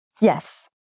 Yes